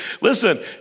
Listen